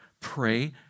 Pray